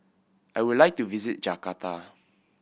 I would like to visit Jakarta